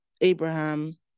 Abraham